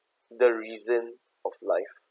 the reason of life